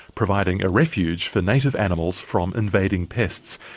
providing a refuge for native animals from invading pests.